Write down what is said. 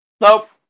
Nope